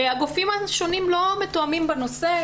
הגופים השונים לא מתואמים בנושא.